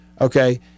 Okay